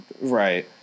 Right